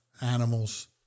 animals